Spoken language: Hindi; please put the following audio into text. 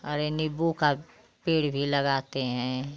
और ये नीम्बू का पेड़ भी लगाते हैं